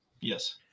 Yes